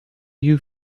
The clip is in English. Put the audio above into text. you